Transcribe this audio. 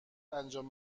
انجام